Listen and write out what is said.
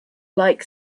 like